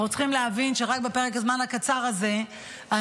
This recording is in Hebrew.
אנחנו צריכים להבין שרק בפרק הזמן הקצר הזה אני,